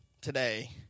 today